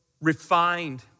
refined